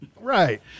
right